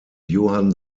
johann